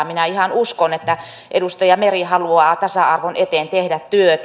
minä ihan uskon että edustaja meri haluaa tasa arvon eteen tehdä työtä